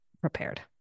prepared